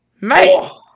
mate